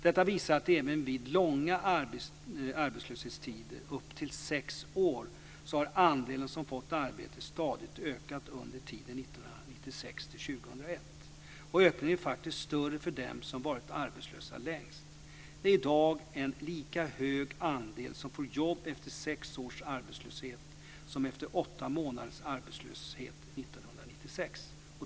Detta visar att även vid långa arbetslöshetstider - upp till sex år - har andelen som får arbete stadigt ökat under tiden 1996 2001. Ökningen är faktiskt störst för dem som varit arbetslösa längst. Det är i dag en lika hög andel som får jobb efter sex års arbetslöshet som efter åtta månaders arbetslöshet 1996.